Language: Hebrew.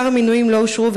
שאר המינויים לא אושרו,